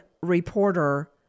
reporter